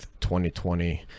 2020